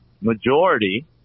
majority